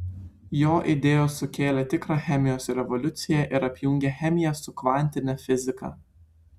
jo idėjos sukėlė tikrą chemijos revoliuciją ir apjungė chemiją su kvantine fiziką